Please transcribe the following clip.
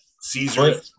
Caesar